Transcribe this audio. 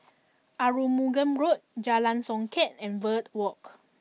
Arumugam Road Jalan Songket and Verde Walk